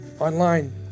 online